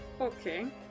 Okay